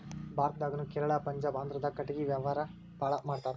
ಭಾರತದಾಗುನು ಕೇರಳಾ ಪಂಜಾಬ ಆಂದ್ರಾದಾಗ ಕಟಗಿ ವ್ಯಾವಾರಾ ಬಾಳ ಮಾಡತಾರ